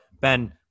Ben